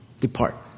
Depart